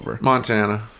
Montana